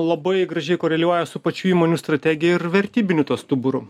labai gražiai koreliuoja su pačių įmonių strategija ir vertybiniu ties stuburu